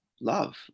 love